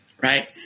right